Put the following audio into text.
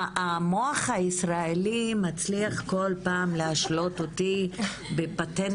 המוח הישראלי מצליח כל פעם מחדש להשלות אותי בפטנטים.